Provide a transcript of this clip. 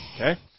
Okay